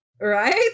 Right